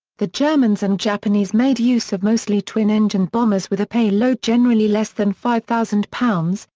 the germans and japanese made use of mostly twin-engined bombers with a payload generally less than five thousand pounds,